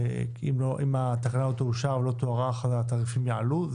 אם התקנה תאושר ולא תוארך אז התעריפים יעלו?